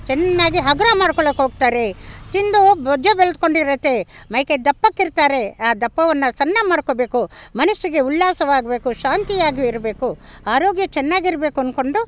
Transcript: ಚೆನ್ನಾಗಿ ಹಗುರ ಮಾಡ್ಕೊಳೋಕೋಗ್ತಾರೆ ತಿಂದು ಬೊಜ್ಜು ಬೆಳೆದ್ಕೊಂಡಿರತ್ತೆ ಮೈಕೈ ದಪ್ಪಗಿರ್ತಾರೆ ಆ ದಪ್ಪವನ್ನು ಸಣ್ಣ ಮಾಡ್ಕೊಬೇಕು ಮನಸ್ಸಿಗೆ ಉಲ್ಲಾಸವಾಗಬೇಕು ಶಾಂತಿಯಾಗಿ ಇರಬೇಕು ಆರೋಗ್ಯ ಚೆನ್ನಾಗಿರ್ಬೇಕು ಅಂದ್ಕೊಂಡು